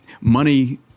money